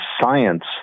science